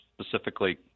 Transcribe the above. specifically